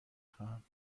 خواهم